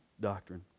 Doctrine